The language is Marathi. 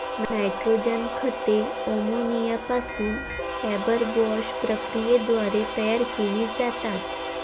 नायट्रोजन खते अमोनिया पासून हॅबरबॉश प्रक्रियेद्वारे तयार केली जातात